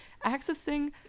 accessing